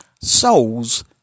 souls